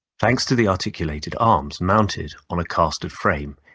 thanks to the articulated arms mounted on a castered frame,